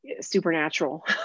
supernatural